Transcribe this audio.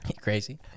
crazy